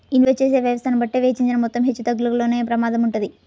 invest చేసే వ్యవస్థను బట్టే వెచ్చించిన మొత్తం హెచ్చుతగ్గులకు లోనయ్యే ప్రమాదం వుంటది